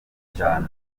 cyane